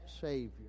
savior